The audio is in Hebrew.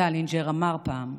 סלינג'ר אמר פעם: